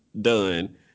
done